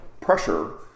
pressure